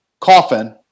coffin